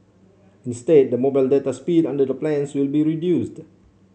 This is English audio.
instead the mobile data speed under the plans will be reduced